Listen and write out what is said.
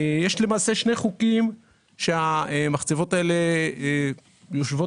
יש שני חוקים שהמחצבות האלה יושבות